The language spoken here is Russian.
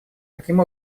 таким